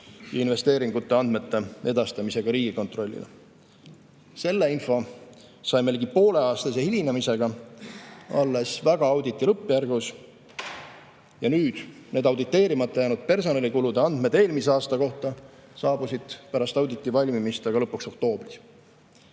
investeeringute andmete edastamisega Riigikontrollile. Selle info saime ligi pooleaastase hilinemisega, alles auditi lõppjärgus. Auditeerimata jäänud personalikulude andmed eelmise aasta kohta saabusid pärast auditi valmimist, lõpuks oktoobris. Loodan,